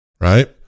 right